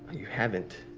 you haven't.